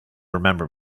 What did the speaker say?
remember